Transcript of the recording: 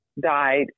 died